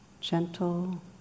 gentle